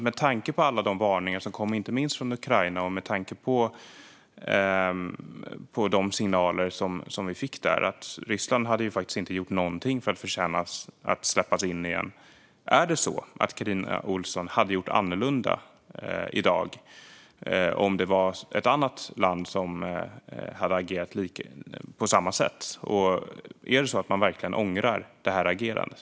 Med tanke på alla de varningar som kom, inte minst från Ukraina, och med tanke på de signaler som vi fick - Ryssland hade faktiskt inte gjort någonting för att förtjäna att släppas in igen - vill jag fråga om det är så att Carina Ohlsson hade gjort annorlunda i dag om det var ett annat land som hade agerat på samma sätt. Är det så att man verkligen ångrar det här agerandet?